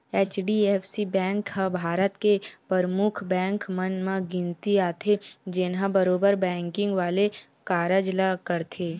HDFC bank ह भारत के परमुख बेंक मन म गिनती आथे, जेनहा बरोबर बेंकिग वाले कारज ल करथे